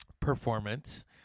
performance